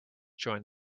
join